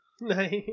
Nice